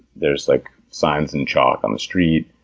there's like signs in chalk on the street.